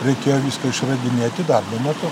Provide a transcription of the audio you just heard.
reikėjo viską išradinėti darbo metu